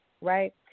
right